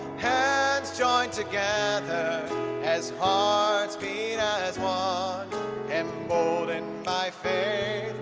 hands joined together as hearts beat as one emboldened by faith,